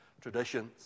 traditions